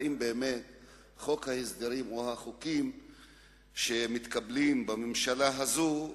אם חוק ההסדרים או החוקים שמתקבלים בממשלה הזאת,